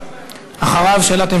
ולכן אני שואלת,